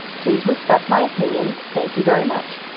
please, respect my opinions. thank you very much